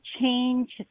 change